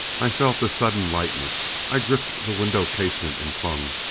i felt the sudden lightness i gripped the window casement and clung.